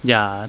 ya